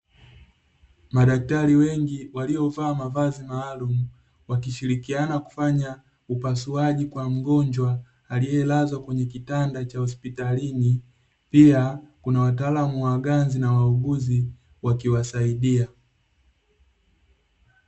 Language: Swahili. Madaktari wengi waliovaa mavazi maalumu, wakishirikiana kufanya upasuaji kwa mgonjwa aliyelazwa kwenye kitanda cha hospitalini, pia kuna wataalamu wa ganzi na wauguzi wakiwasaidia.